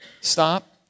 Stop